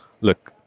look